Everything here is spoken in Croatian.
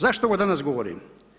Zašto ovo danas govorim?